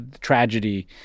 tragedy